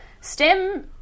STEM